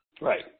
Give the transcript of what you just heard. Right